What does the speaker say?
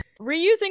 reusing